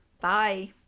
Bye